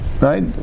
right